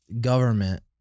government